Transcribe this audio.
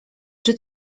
czy